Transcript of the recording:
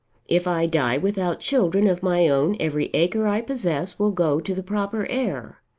if i die without children of my own every acre i possess will go to the proper heir.